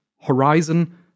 horizon